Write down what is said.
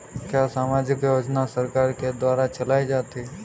क्या सामाजिक योजना सरकार के द्वारा चलाई जाती है?